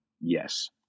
yes